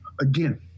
again